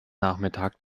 nachmittag